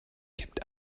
gibt